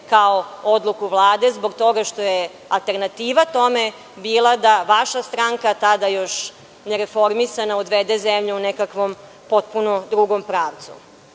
kao odluku Vlade, zbog toga što je alternativa tome bila da vaša stranka tada još nereformisana odvede zemlju u nekakvom potpuno drugom